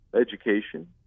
education